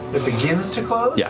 it begins to close? yeah